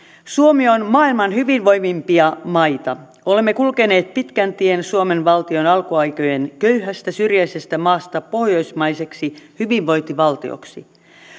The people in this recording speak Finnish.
suomi on maailman hyvinvoivimpia maita olemme kulkeneet pitkän tien suomen valtion alkuaikojen köyhästä syrjäisestä maasta pohjoismaiseksi hyvinvointivaltioksi